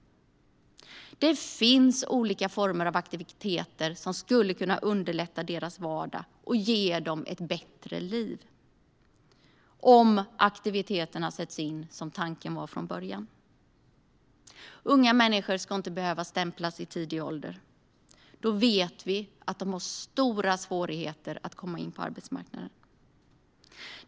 Det finns olika former av aktiviteter som skulle kunna underlätta deras vardag och ge dem ett bättre liv - om aktiviteterna sätts in som tanken var från början. Unga människor ska inte behöva stämplas i tidig ålder. Då vet vi att de får stora svårigheter att komma in på arbetsmarknaden.